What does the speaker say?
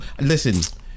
Listen